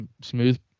smooth